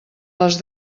les